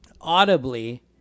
audibly